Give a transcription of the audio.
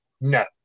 No